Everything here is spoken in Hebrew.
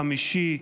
חמישי,